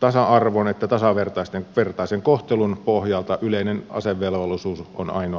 tasa arvon että tasavertaisen kohtelun pohjalta yleinen asevelvollisuus on ainoa vaihtoehto